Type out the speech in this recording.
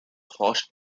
host